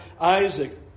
Isaac